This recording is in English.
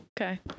Okay